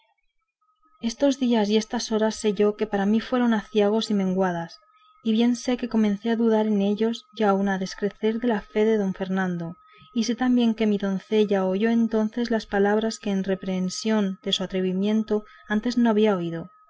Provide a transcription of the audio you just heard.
estos días y estas horas bien sé yo que para mí fueron aciagos y menguadas y bien sé que comencé a dudar en ellos y aun a descreer de la fe de don fernando y sé también que mi doncella oyó entonces las palabras que en reprehensión de su atrevimiento antes no había oído